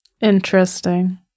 Interesting